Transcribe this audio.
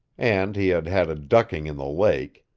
and he had had a ducking in the lake.